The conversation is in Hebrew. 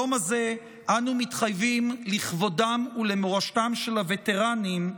ביום הזה אנו מתחייבים לכבודם ולמורשתם של הווטרנים,